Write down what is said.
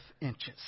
inches